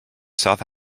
south